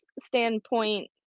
standpoint